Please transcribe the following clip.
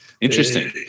Interesting